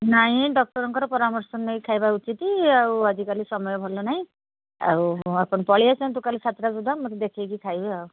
ନାହିଁ ଡକ୍ଟର୍ଙ୍କର ପରାମର୍ଶ ନେଇ ଖାଇବା ଉଚିତ୍ ଆଉ ଆଜିକାଲି ସମୟ ଭଲ ନାହିଁ ଆଉ ଆପଣ ପଳାଇ ଆସନ୍ତୁ କାଲି ସାତଟା ସୁଧା ମୋତେ ଦେଖାଇକି ଖାଇବେ ଆଉ